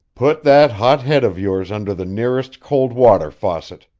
put that hot head of yours under the nearest cold-water faucet!